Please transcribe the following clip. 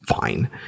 fine